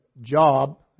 job